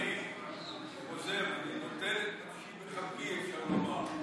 אני חוזר, להקשיב לך, אפשר לומר.